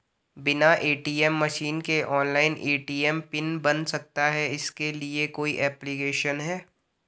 बिना ATM machine के online ATM PIN बन सकता है इसके लिए कोई ऐप्लिकेशन है?